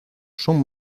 son